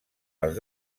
els